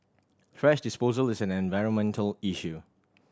thrash disposal is an environmental issue